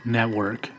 Network